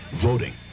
voting